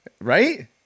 right